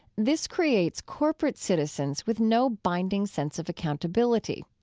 this creates corporate citizens with no binding sense of accountability.